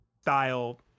style